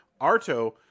Arto